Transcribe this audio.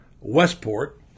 Westport